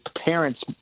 parents